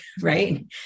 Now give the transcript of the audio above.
right